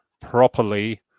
properly